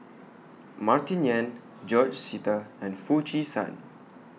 Martin Yan George Sita and Foo Chee San